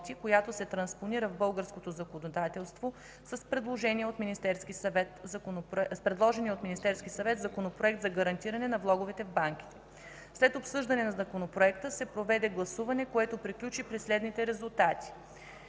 която се транспонира в българското законодателство с предложения от Министерския съвет Законопроект за гарантиране на влоговете в банките. След обсъждане на Законопроекта се проведе гласуване, което приключи при следните резултати: